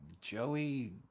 Joey